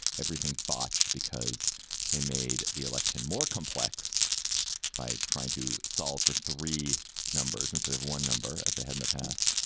everything botched because they made the election more complex by trying to solve for three numbers instead of one number as they had in the past.